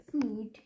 food